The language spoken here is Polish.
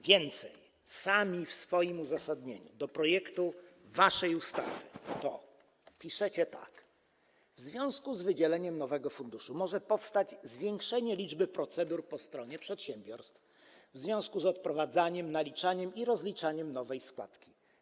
Więcej, sami w swoim uzasadnieniu do projektu waszej ustawy piszecie tak: W związku z wydzieleniem nowego funduszu może powstać zwiększenie liczby procedur po stronie przedsiębiorstw w związku z odprowadzaniem, naliczaniem i rozliczaniem nowej składki.